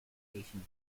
plantations